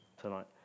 tonight